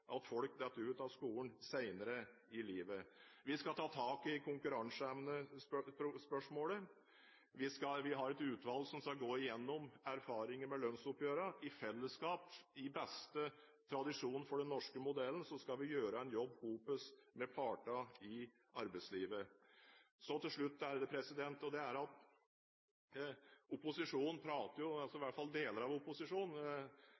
at folk faller ut av skolen senere i livet. Vi skal ta tak i konkurranseevnespørsmålet, og vi har et utvalg som skal gå gjennom erfaringer med lønnsoppgjørene. I fellesskap, i beste tradisjon etter den norske modellen, skal vi gjøre en jobb, sammen med partene i arbeidslivet. Så til slutt: Opposisjonen – i hvert fall deler av den – prater